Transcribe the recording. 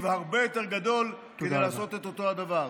הרבה יותר גדול כדי לעשות את אותו הדבר.